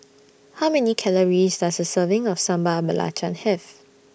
How Many Calories Does A Serving of Sambal Belacan Have